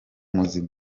muzima